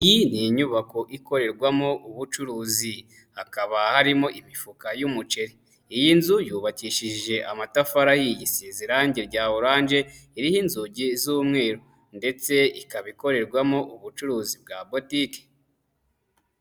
Iyi ni nyubako ikorerwamo ubucuruzi, hakaba harimo imifuka y'umuceri, iyi nzu yubakishije amatafari ahaye isize irangi rya orange, iriho inzugi z'umweru ndetse ikaba ikorerwamo ubucuruzi bwa butike.